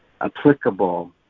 applicable